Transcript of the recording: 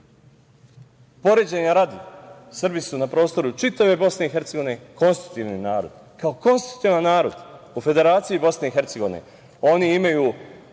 grad? Poređenja radi, Srbi su na prostoru čitave BiH konstitutivni narod. Kao konstitutivni narod u Federaciji BiH oni imaju